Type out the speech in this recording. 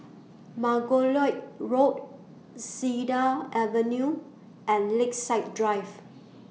Margoliouth Road Cedar Avenue and Lakeside Drive